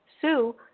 Sue